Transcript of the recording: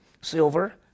silver